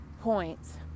points